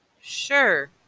Sure